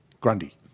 Grundy